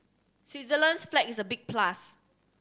Switzerland's flag is a big plus